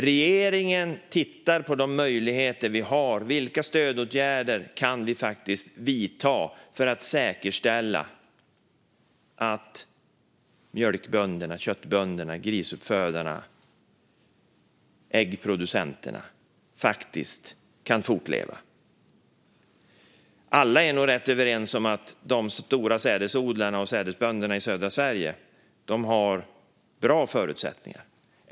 Regeringen tittar på de möjligheter vi har och vilka stödåtgärder vi faktiskt kan vidta för att säkerställa att mjölkbönderna, köttbönderna, grisuppfödarna och äggproducenterna kan fortleva. Alla är nog rätt överens om att de stora sädesodlarna och sädesbönderna i södra Sverige har bra förutsättningar.